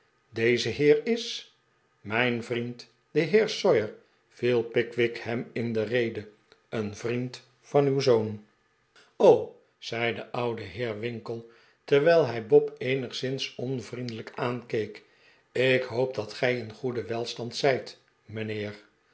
deze heer is mijn vriend de heer sawyer viel pickwick hem in de rede een vriend van uw zoon zei de oude heer winkle terwijl hij bob eenigszins onvriendelijk aankeek ik hoop dat gij in goeden welstand zijt mijnheer